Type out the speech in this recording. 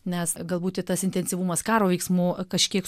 nes galbūt tas intensyvumas karo veiksmų kažkiek